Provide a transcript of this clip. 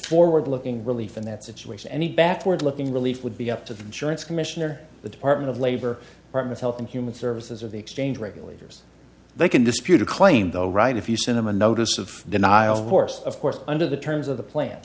forward looking relief in that situation any backward looking relief would be up to the insurance commissioner the department of labor department health and human services of the exchange regulators they can dispute a claim though right if you send them a notice of denial of course of course under the terms of the plan